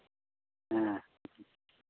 ᱦᱮᱸ